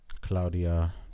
Claudia